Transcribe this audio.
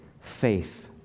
faith